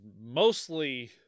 mostly